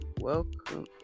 welcome